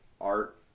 Art